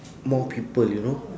more people you know